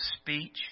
speech